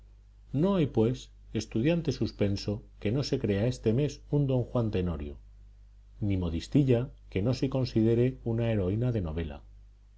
no hay pues estudiante suspenso que no se crea este mes un don juan tenorio ni modistilla que no se considere una heroína de novela